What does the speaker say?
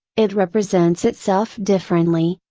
it represents itself differently,